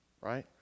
right